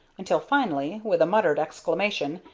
until finally, with a muttered exclamation,